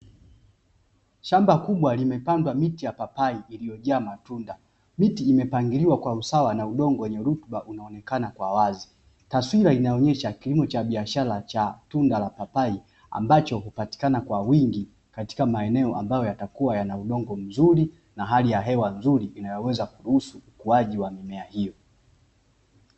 Shamba kubwa limepandwa miti ya papai iliyojaa matunda, miti imepangiliwa kwa usawa na udongo wenye rutuba unaonekana kwa wazi taswira inaonesha kilimo cha biashara cha tunda la papai ambacho hupatikana kwa wingi katika maeneo ambayo yatakua na udongo mzuri na hali ya hewa nzuri inayoweza kuruhusu ukuaji wa mimea hiyo.